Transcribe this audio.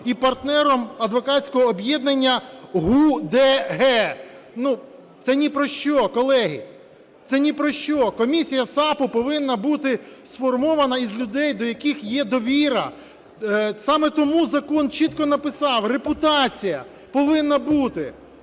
і партнером адвокатського об'єднання "ГУДЕГ". Це ні про що, колеги, це ні про що. Комісія САПу повинна бути сформована із людей, до яких є довіра. Саме тому закон чітко написав: "Репутація повинна бути